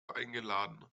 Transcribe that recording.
eingeladen